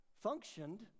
functioned